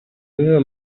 meva